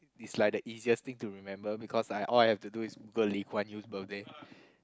is like the easiest thing to remember because I all I have to do is Google Lee Kuan Yew's birthday